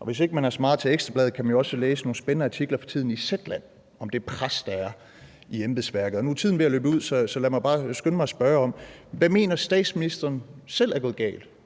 og hvis man ikke er så meget til Ekstra Bladet, kan man jo for tiden også læse nogle spændende artikler i Zetland om det pres, der er i embedsværket. Nu er tiden ved at løbe ud, så lad mig bare skynde mig at spørge: Hvad mener statsministeren selv er gået galt?